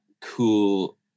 cool